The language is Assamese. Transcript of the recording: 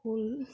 ফুল